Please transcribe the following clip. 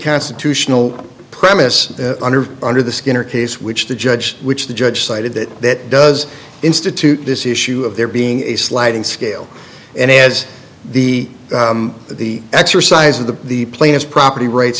constitutional premise under under the skin or case which the judge which the judge cited that that does institute this issue of there being a sliding scale and as the the exercise of the the plaintiffs property rights